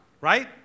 Right